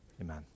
Amen